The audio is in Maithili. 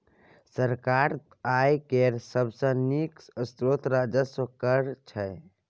सरकारक आय केर सबसे नीक स्रोत राजस्व कर छै